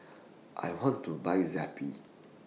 I want to Buy Zappy